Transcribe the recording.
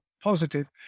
positive